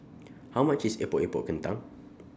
How much IS Epok Epok Kentang